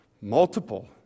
multiple